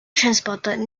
transported